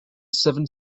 seven